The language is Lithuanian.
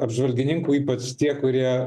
apžvalgininkų ypač tie kurie